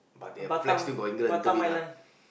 Batam Batam Island